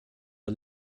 har